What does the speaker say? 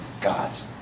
God's